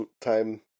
time